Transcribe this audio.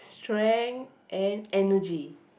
strength and energy